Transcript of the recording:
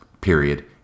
period